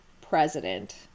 president